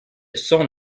son